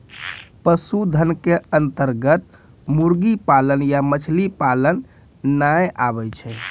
पशुधन के अन्तर्गत मुर्गी पालन या मछली पालन नाय आबै छै